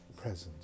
presence